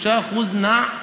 3% זה נע,